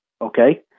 Okay